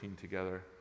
together